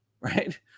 right